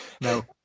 No